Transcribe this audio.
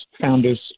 founders